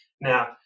Now